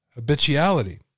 habituality